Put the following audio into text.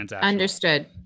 understood